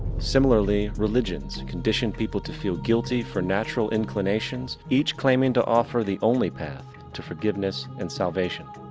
similarly, religions condition people to feel guilty for natural inclination, each claiming to offer the only path to forgiveness and salvation.